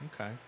Okay